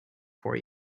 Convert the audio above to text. for